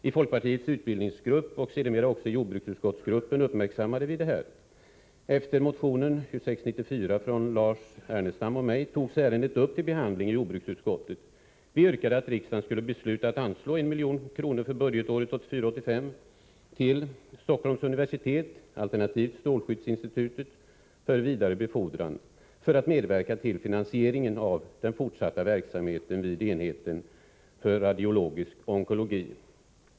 I folkpartiets utbildningsgrupp och sedermera också i jordbruksutskottsgruppen uppmärksammade vi detta, och efter motion 2694 från Lars Ernestam och mig togs ärendet upp till behandling i jordbruksutskottet. Vi yrkade att riksdagen skulle besluta att anslå 1 milj.kr. för budgetåret 1984/85 till Stockholms universitet alternativt till strålskyddsinstitutet för vidare befordran, för att medverka till en finansiering av verksamheten vid enheten för radiologisk onkologi.